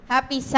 Happy